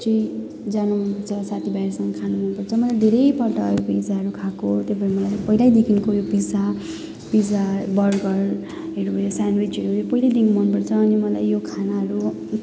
चाहिँ जान मनपर्छ साथीभाइहरूसँग खानु मनपर्छ मैले धेरैपल्ट पिजाहरू खाएको त्यही भएर मलाई पहिल्यैदेखिको यो पिजा पिजा बर्गरहरू उयो सेन्डविच यो पहिल्यैदेखि मनपर्छ अनि मलाई यो खानाहरू